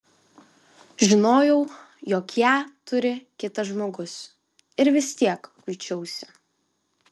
žinojau jog ją turi kitas žmogus ir vis tiek kuičiausi